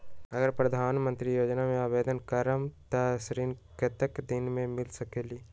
अगर प्रधानमंत्री योजना में आवेदन करम त ऋण कतेक दिन मे मिल सकेली?